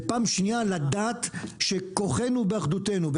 ובפעם שנייה לדעת שכוחנו באחדותנו.